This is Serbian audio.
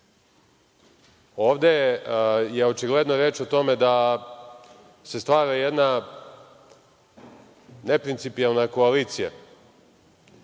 ovde je očigledno reč o tome da se stvara jedna neprincipijelna koalicija